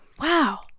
Wow